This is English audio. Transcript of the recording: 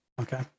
Okay